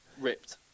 ripped